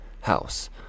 house